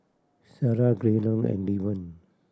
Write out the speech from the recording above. Sarai Graydon and Irven